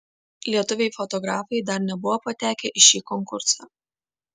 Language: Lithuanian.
lietuviai fotografai dar nebuvo patekę į šį konkursą